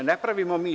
Ne pravimo mi to.